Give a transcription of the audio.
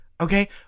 okay